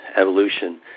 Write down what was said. evolution